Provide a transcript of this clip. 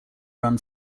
run